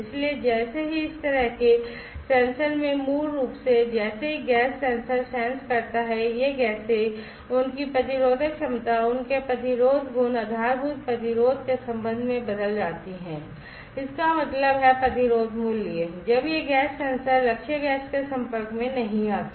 इसलिए जैसे ही इस तरह के सेंसर में मूल रूप से जैसे ही गैस सेंसर सेंस करता है यह गैसें उनकी प्रतिरोधक क्षमता उनके प्रतिरोधक गुण आधारभूत प्रतिरोध के संबंध में बदल जाती हैं इसका मतलब है प्रतिरोध मूल्य जब यह गैस सेंसर लक्ष्य गैस के संपर्क में नहीं आता